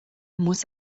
muss